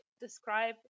describe